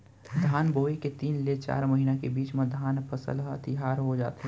धान बोए के तीन ले चार महिना के बीच म धान के फसल ह तियार हो जाथे